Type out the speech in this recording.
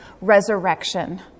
resurrection